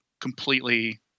completely